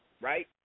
Right